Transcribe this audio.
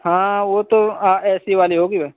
ہاں وہ تو اے سی والی ہوگی